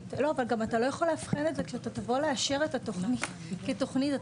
אבל אי אפשר להפריד את התוכנית.